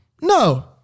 No